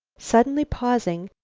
suddenly, pausing,